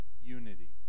unity